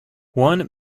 one